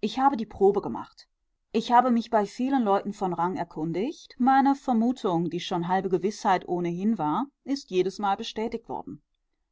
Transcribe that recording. ich habe die probe gemacht ich habe mich bei vielen leuten von rang erkundigt meine vermutung die schon halbe gewißheit ohnehin war ist jedesmal bestätigt worden